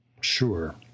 Sure